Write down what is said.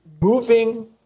Moving